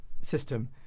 system